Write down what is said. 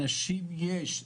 אנשים יש.